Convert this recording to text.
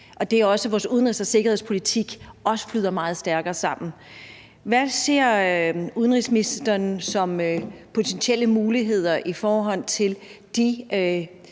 vi står med nu. Og vores udenrigs- og sikkerhedspolitik flyder også meget stærkere sammen. Hvad ser udenrigsministeren som potentielle muligheder i forhold til de